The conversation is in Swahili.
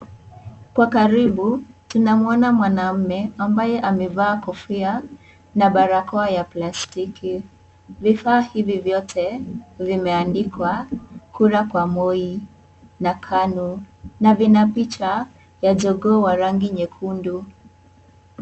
Kwa karibu tunamuona mwanaume ambaye amevaa kofia na barakoa ya plastiki. Vifaa hivi vyote vimeandikwa, kura kwa Moi na KANU na vina picha ya jogoo wa rangi nyekundu.